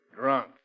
drunk